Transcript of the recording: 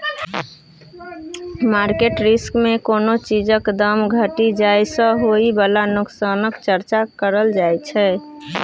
market risk मे कोनो चीजक दाम घटि जाइ सँ होइ बला नोकसानक चर्चा करल जाइ छै